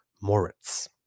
Moritz